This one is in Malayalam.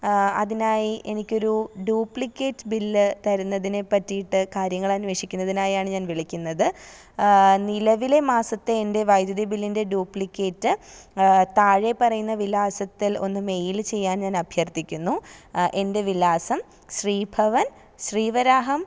അതിനായി എനിക്കൊരു ഡൂപ്ലിക്കേറ്റ് ബില് തരുന്നതിനെ പറ്റിയിട്ട് കാര്യങ്ങളന്വേഷിക്കുന്നതിനായാണ് ഞാൻ വിളിക്കുന്നത് നിലവിലെ മാസത്തെ എന്റെ വൈദ്യുതി ബില്ലിന്റെ ഡ്യൂപ്ലിക്കേറ്റ് താഴെ പറയുന്ന വിലാസത്തിൽ ഒന്ന് മെയില് ചെയ്യാൻ ഞാൻ അഭ്യർത്ഥിക്കുന്നു എന്റെ വിലാസം ശ്രീഭവൻ ശ്രീവരാഹം